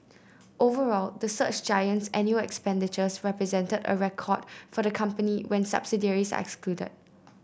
overall the search giant's annual expenditures represented a record for the company when subsidiaries are excluded